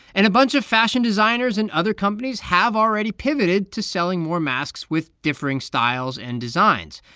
and a bunch of fashion designers and other companies have already pivoted to selling more masks with differing styles and designs.